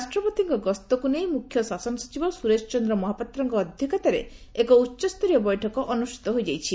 ରାଷ୍ଟ୍ରପତିଙ୍କ ଗସ୍ତକ୍ ନେଇ ମୁଖ୍ୟ ଶାସନ ସଚିବ ସୁରେଶ ଚନ୍ଦ୍ର ମହାପାତ୍ରଙ୍କ ଅଧ୍ଘକ୍ଷତାରେ ଏକ ଉଚ୍ଚସ୍ତରୀୟ ବୈଠକ ଅନୁଷ୍ଠିତ ହୋଇଯାଇଛି